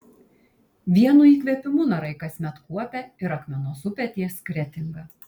vienu įkvėpimu narai kasmet kuopia ir akmenos upę ties kretinga